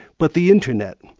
but the internet.